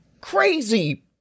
crazy